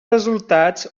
resultats